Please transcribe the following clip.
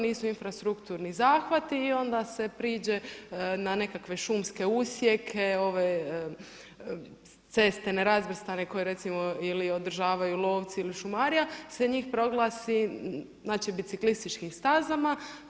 nisu infrastrukturni zahvati i onda se priđe na nekakve šumske usjeke, ceste nerazvrstane koje recimo ili održavaju lovci ili šumarija se njih proglasi znači biciklističkim stazama.